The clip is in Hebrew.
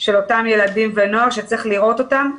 של אותם ילדים ונוער שצריך לראות אותם,